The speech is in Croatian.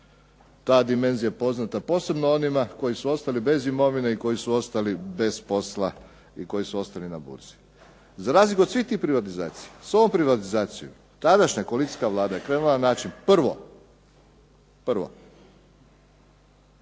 Ta dimenzija je poznata posebno onima koji su ostali bez imovine i koji su ostali bez posla i koji su ostali na burzi. Za razliku od svih tih privatizacija s ovom privatizacijom tadašnja koalicijska vlada je krenula na način, prvo,